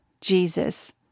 Jesus